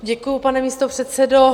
Děkuji, pane místopředsedo.